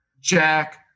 Jack